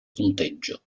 punteggio